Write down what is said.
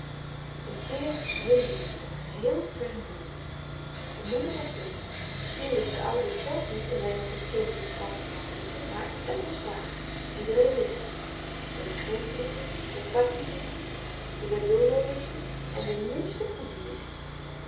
een kerel van hun leeftijd geheel ver njod de moeder was dood misschien wist de oude het zelf niet dat hij nog een kind in de kampong had zitten maar het was waar iedereen wist het de regent wist het de patih wist het de wedono wist het en de minste koelie wist het